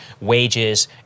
wages